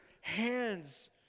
hands